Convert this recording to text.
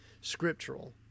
scriptural